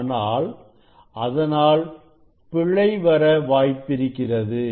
ஆனால் அதனால் பிழை வர வாய்ப்பிருக்கிறது